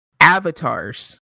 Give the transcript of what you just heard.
avatars